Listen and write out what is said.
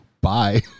Bye